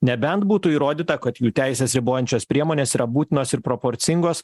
nebent būtų įrodyta kad jų teises ribojančios priemonės yra būtinos ir proporcingos